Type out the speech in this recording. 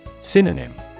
Synonym